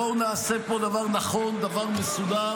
בואו נעשה פה דבר נכון, דבר מסודר.